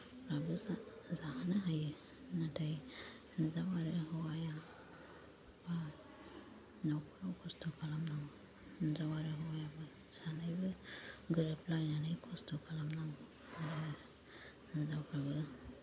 फ्राबो जाहोनो हायो नाथाय हिनजाव आरो हौवाया न'खराव खस्थ' खालामनांगौ हिनजाव आरो हौवायाबो सानैबो गोरोबलायनानै खस्थ' खालामनांगौ हिनजावफोरबो